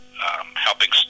helping